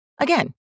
Again